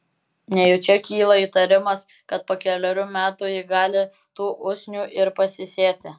nejučia kyla įtarimas kad po kelerių metų ji gali tų usnių ir pasisėti